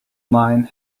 mine